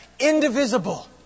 Indivisible